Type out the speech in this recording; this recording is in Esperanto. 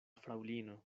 fraŭlino